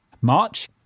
March